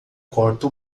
corta